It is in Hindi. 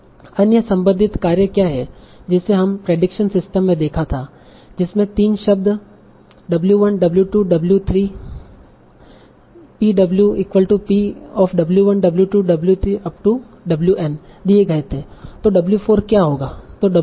अन्य संबंधित कार्य क्या है जिसे हमने प्रेडिक्शन सिस्टम में देखा था जिसमें 3 शब्द w1 w2 w3 दिए गए थे तों w4 क्या होगा